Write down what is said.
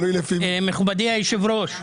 מכובדי היושב-ראש,